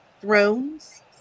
thrones